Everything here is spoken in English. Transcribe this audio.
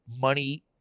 money